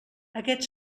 aquest